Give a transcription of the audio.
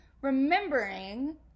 remembering